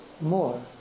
more